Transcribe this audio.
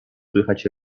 słychać